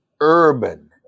urban